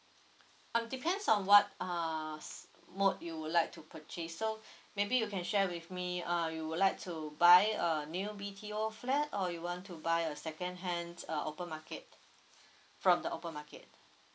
um depends on what uh mode you would like to purchase so maybe you can share with me err you would like to buy a new B_T_O flat or you want to buy a second hand uh open market from the open market